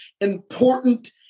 important